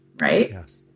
Right